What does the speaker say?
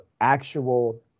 actual